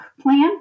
plan